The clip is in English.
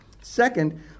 Second